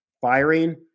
firing